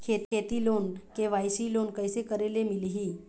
खेती loan KYC loan कइसे करे ले मिलही?